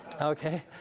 Okay